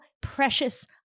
precious